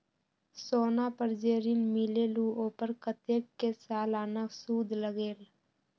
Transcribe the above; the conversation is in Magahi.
सोना पर जे ऋन मिलेलु ओपर कतेक के सालाना सुद लगेल?